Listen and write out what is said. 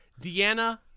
Deanna